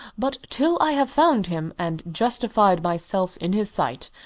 but till i have found him, and justified myself in his sight,